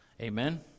Amen